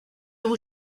vous